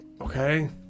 Okay